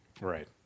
right